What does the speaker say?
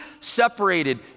separated